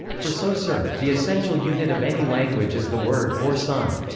for so saussure, the essential unit of any language is the word, or sign.